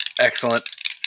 Excellent